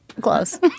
close